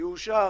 זה יאושר